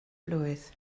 blwydd